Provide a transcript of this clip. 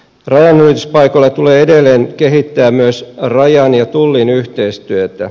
rajanylityspaikoilla tulee edelleen kehittää myös rajan ja tullin yhteistyötä